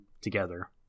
together